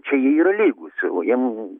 čia jie yra lygūs jiem